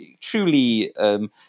truly –